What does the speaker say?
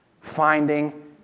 Finding